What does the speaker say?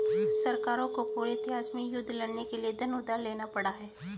सरकारों को पूरे इतिहास में युद्ध लड़ने के लिए धन उधार लेना पड़ा है